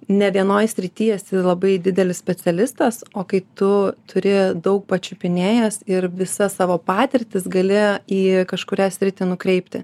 ne vienoj srity esi labai didelis specialistas o kai tu turi daug pačiupinėjęs ir visas savo patirtis gali į kažkurią sritį nukreipti